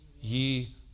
ye